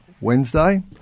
Wednesday